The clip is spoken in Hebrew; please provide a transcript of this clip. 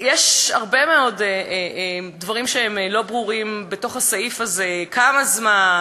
יש הרבה מאוד דברים לא ברורים בסעיף הזה: כמה זמן?